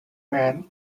man